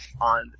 on